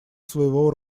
своего